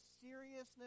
seriousness